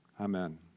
Amen